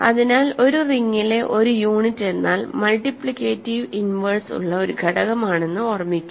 അതിനാൽ ഒരു റിങ്ങിലെ ഒരു യൂണിറ്റ് എന്നാൽ മൾട്ടിപ്ലിക്കേറ്റിവ് ഇൻവേഴ്സ് ഉള്ള ഒരു ഘടകമാണെന്ന് ഓർമ്മിക്കുക